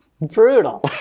brutal